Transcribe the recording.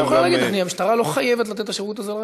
יכולים להגיד שמשטרה לא חייבת לתת את השירות הזה לרכבת.